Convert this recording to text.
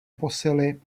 posily